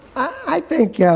i think yeah